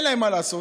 אין להם מה לעשות,